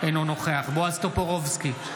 אינו נוכח בועז טופורובסקי,